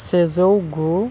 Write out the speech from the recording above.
सेजौ गु